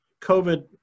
COVID